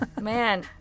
Man